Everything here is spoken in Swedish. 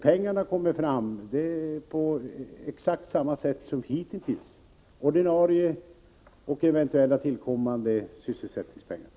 Pengarna kommer fram på exakt samma sätt som hittills: från ordinarie väganslag och eventuellt tillkommande sysselsättningspengar.